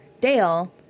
Dale